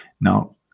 Now